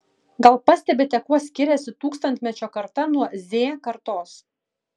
gal pastebite kuo skiriasi tūkstantmečio karta nuo z kartos